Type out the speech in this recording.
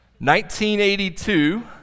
1982